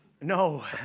no